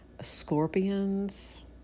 Scorpions